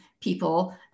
people